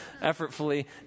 effortfully